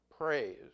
praise